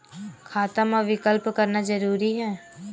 खाता मा विकल्प करना जरूरी है?